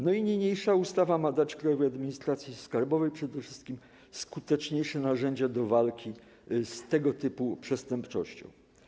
Niniejsza ustawa ma dać Krajowej Administracji Skarbowej przede wszystkim skuteczniejsze narzędzia do walki z tego typu przestępczością.